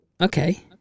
okay